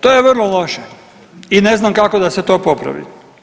To je vrlo loše i ne znam kako da se to popravi.